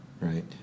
right